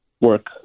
work